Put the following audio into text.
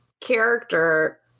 character